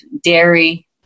dairy